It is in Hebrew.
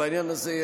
בעניין הזה,